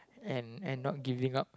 and and not giving up